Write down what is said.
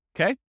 Okay